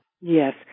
Yes